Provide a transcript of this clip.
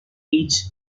ages